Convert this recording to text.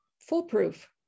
foolproof